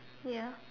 ya